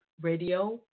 Radio